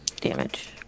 damage